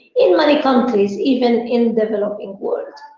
in many countries, even in developing world.